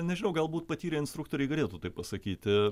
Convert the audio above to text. nežinau galbūt patyrę instruktoriai galėtų taip pasakyti